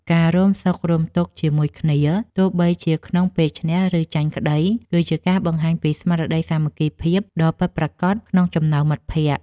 ការរួមសុខរួមទុក្ខជាមួយគ្នាទោះបីជាក្នុងពេលឈ្នះ ឬចាញ់ក្តី គឺជាការបង្ហាញពីស្មារតីសាមគ្គីភាពដ៏ពិតប្រាកដក្នុងចំណោមមិត្តភក្តិ។